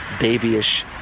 babyish